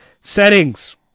settings